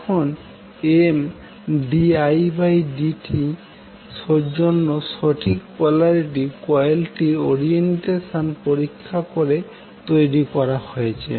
এখনMdidtর জন্য সঠিক পোলারিটি কয়েলটির ওরিয়েন্টেশন পরীক্ষা করে তৈরি করা হয়েছে